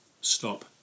stop